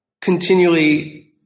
continually